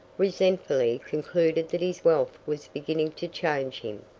resentfully concluded that his wealth was beginning to change him.